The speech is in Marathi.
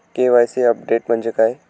के.वाय.सी अपडेट म्हणजे काय?